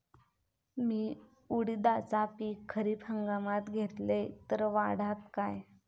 मी उडीदाचा पीक खरीप हंगामात घेतलय तर वाढात काय?